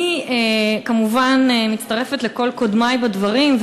אני כמובן מצטרפת לכל קודמי בדברים,